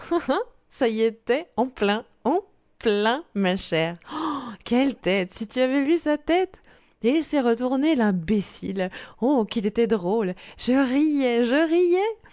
ça y était en plein en plein ma chère oh quelle tête si tu avais vu sa tête et il s'est retourné l'imbécile ah qu'il était drôle je riais je riais